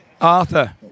Arthur